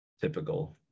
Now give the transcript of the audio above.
typical